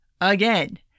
Again